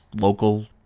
local